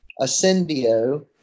ascendio